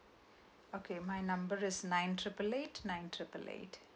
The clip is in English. okay my number is nine triple eight nine triple eight